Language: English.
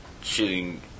shooting